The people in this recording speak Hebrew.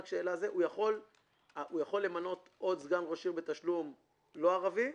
הוא יכול למנות עוד סגן ראש עיר ערבי בתשלום בכל מקרה?